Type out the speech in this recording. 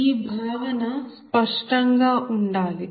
ఈ భావన స్పష్టంగా ఉండాలి